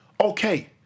Okay